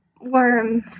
Worms